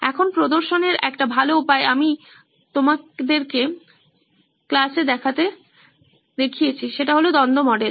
এখন প্রদর্শনের একটা ভালো উপায় আপনি আমাকে ক্লাসে দেখাতে দেখেছেন সেটা হল দ্বন্দ্ব মডেল